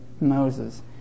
Moses